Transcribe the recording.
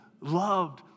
loved